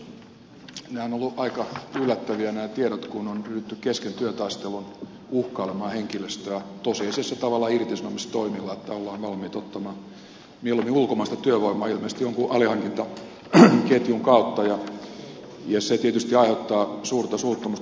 nämä tiedot ovat olleet aika yllättäviä kun on ryhdytty kesken työtaistelun uhkailemaan henkilöstöä tosiasiassa tavallaan irtisanomistoimilla että ollaan valmiit ottamaan mieluummin ulkomaista työvoimaa ilmeisesti jonkin alihankintaketjun kautta ja se tietysti aiheuttaa suurta suuttumusta